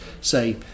say